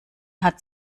hat